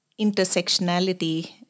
intersectionality